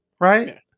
right